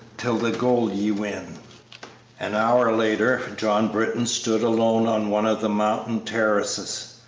till the goal ye win an hour later john britton stood alone on one of the mountain terraces,